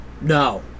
No